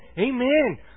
Amen